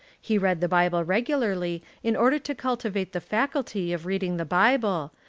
he read the bible regularly in order to cultivate the faculty of reading the bible,